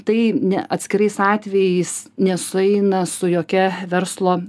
tai ne atskirais atvejais nesueina su jokia verslo